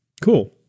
Cool